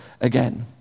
again